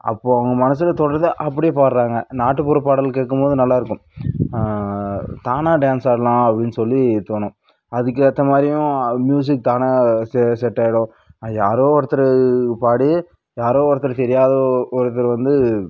அப்போ அவங்க மனசில் தோண்றதை அப்படியே பாடுறாங்க நாட்டுப்புற பாடல் கேட்கும்போது நல்லாருக்கும் தானாக டான்ஸ் ஆடலாம் அப்படின்னு சொல்லி தோணும் அதுக்கு ஏத்தமாதிரியும் மியூசிக் தானாக செ செட் ஆயிடும் அது யாரோ ஒருத்தர் பாடி யாரோ ஒருத்தர் தெரியாத ஒருத்தர் வந்து